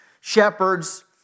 shepherds